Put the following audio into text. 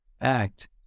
act